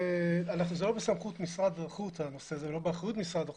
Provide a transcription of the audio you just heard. הנושא הזה לא בסמכות משרד החוץ ולא באחריות משרד החוץ,